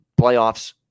playoffs